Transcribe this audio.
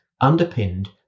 underpinned